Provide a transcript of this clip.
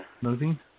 Moving